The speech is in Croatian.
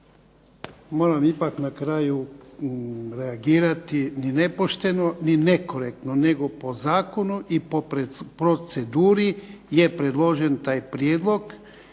Moram ipak na kraju reagirati. Ni nepošteno ni nekorektno. Nego po zakonu i proceduri je predložen taj prijedlog.